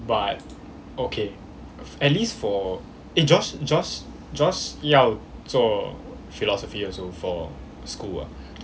but okay at least for eh josh josh josh 要做 philosophy also for school